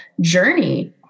journey